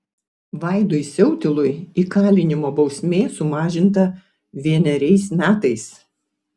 vaidui siautilui įkalinimo bausmė sumažinta vieneriais metais